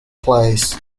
plays